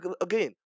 Again